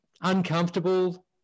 uncomfortable